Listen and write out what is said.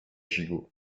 gigot